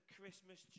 Christmas